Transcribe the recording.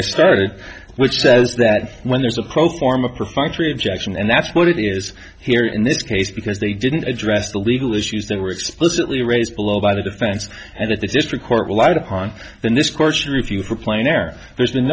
i started which says that when there's a pro forma perfunctory objection and that's what it is here in this case because they didn't address the legal issues that were explicitly raised below by the defense and that the district court will out upon than this court should review for plain error there's